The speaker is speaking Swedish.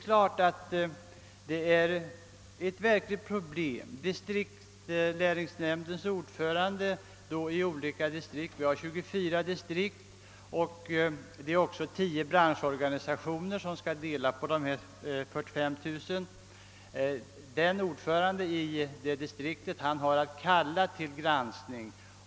Ordförandena i lärlingsnämnderna i våra 24 distrikt samt 10 branschorganisationer skall dela på (dessa 45 000 kronor, och det är ordföranden i distriktet som skall kalla till granskning.